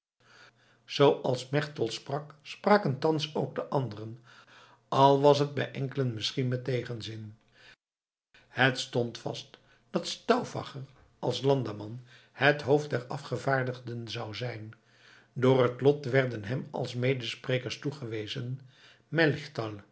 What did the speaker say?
zooals melchtal sprak spraken thans ook de anderen al was het bij enkelen misschien met tegenzin het stond vast dat stauffacher als landamman het hoofd der afgevaardigden zou zijn door het lot werden hem als mede sprekers toegewezen